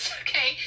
okay